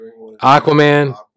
Aquaman